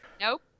Nope